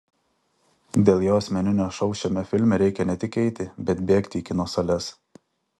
dėl jo asmeninio šou šiame filme reikia ne tik eiti bet bėgti į kino sales